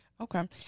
Okay